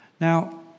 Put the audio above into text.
Now